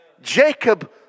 Jacob